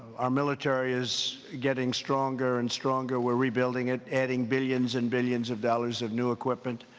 our military is getting stronger and stronger. we're rebuilding it, adding billions and billions of dollars of new equipment.